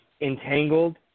entangled